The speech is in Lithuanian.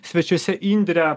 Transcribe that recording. svečiuose indrė